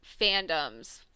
fandoms